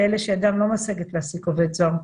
לאלה שידם לא משגת להעסיק עובד זר.